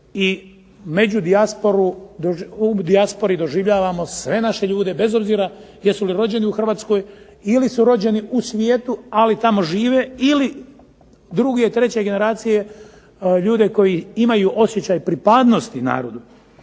i u dijaspori doživljavamo sve naše ljude bez obzira jesu li rođeni u Hrvatskoj ili su rođeni u svijetu ali tamo žive ili druge, treće generacije ljude koji imaju osjećaj pripadnosti narodu.